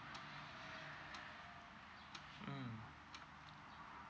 mm